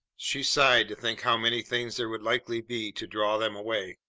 she sighed to think how many things there would likely be to draw them away.